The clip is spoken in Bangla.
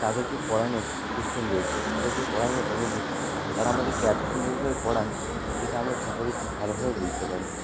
তাদের যে পড়ানোর সিস্টেম রয়েছে তাদের যে পড়ানোর অনুভূতি তারা আমাদেরকে এতো সুন্দরভাবে পড়ান যেটা আমরা সকলেই খুব ভালোভাবে বুঝতে পারি